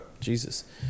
Jesus